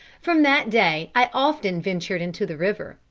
from that day i often ventured into the river,